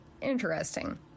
interesting